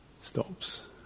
Stops